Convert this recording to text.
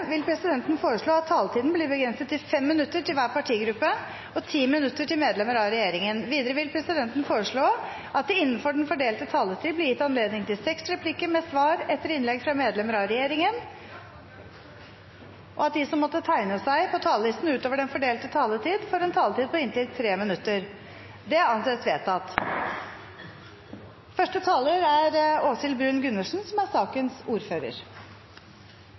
vil presidenten foreslå at taletiden blir begrenset til 5 minutter til hver partigruppe og 10 minutter til medlemmer av regjeringen. Videre vil presidenten foreslå at det – innenfor den fordelte taletid – blir gitt anledning til inntil seks replikker med svar etter innlegg fra medlemmer av regjeringen, og at de som måtte tegne seg på talerlisten utover den fordelte taletid, får en taletid på inntil 3 minutter. – Det anses vedtatt.